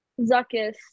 Zuckus